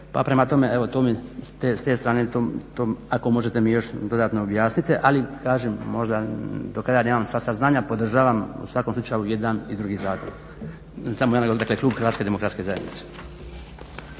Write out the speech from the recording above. pa prema tome, s te strane ako možete mi još dodatno objasnite, ali kažem do kad ja imam sad saznanja podržavam u svakom slučaju i jedan i drugi zakon, dakle Klub HDZ-a. **Stazić, Nenad